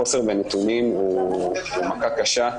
החוסר בנתונים הוא מכה קשה.